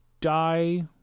die